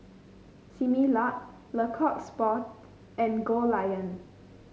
Similac Le Coq Sportif and Goldlion